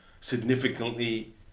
significantly